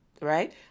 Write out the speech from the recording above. right